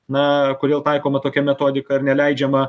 na kodėl taikoma tokia metodika ir neleidžiama